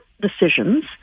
decisions